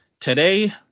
today